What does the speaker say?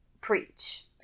preach